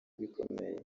ikomeye